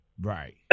Right